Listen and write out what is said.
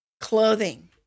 clothing